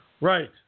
Right